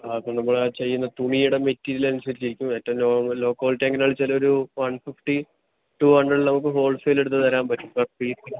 ആ അപ്പം നമ്മൾ ചെയ്യുന്ന തുണിയുടെ മെറ്റീരിയൽ അനുസരിച്ചിരിക്കും ഏറ്റവും ലോ ലോ ക്വാളിറ്റി എങ്ങനെ വച്ചാലും ഒരു വൺ ഫിഫ്റ്റി ടു ഹൺഡ്രഡിന് നമുക്ക് ഹോൾസെയിൽ എടുത്ത് തരാൻ പറ്റും